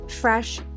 fresh